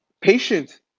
Patient